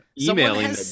emailing